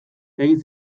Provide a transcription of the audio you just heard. egin